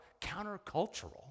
countercultural